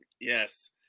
yes